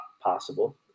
possible